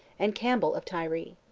and campbell of tiree.